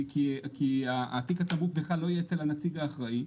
כי תיק התמרוק בכלל לא יהיה אצל הנציג האחראי.